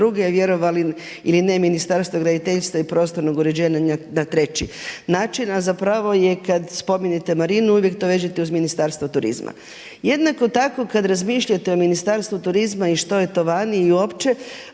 drugi. Vjerovali ili ne Ministarstvo graditeljstva i prostornog uređenja na treći način, a zapravo je kad spomenete marinu uvijek to vežete uz Ministarstvo turizma. Jednako tako kad razmišljate o Ministarstvu turizma i što je to vani i opće,